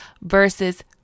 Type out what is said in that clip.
versus